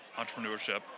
entrepreneurship